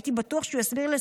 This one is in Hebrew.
הייתי בטוח שהוא יסביר לי,